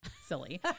silly